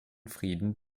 frieden